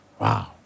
Wow